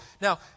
now